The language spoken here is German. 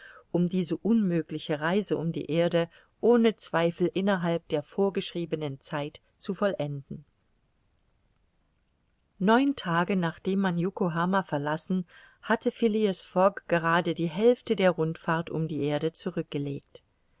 um diese unmögliche reise um die erde ohne zweifel innerhalb der vorgeschriebenen zeit zu vollenden neun tage nachdem man yokohama verlassen hatte phileas fogg gerade die hälfte der rundfahrt um die erde zurückgelegt